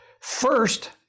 First